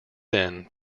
then